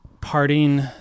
parting